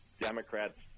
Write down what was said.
Democrats